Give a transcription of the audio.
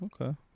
Okay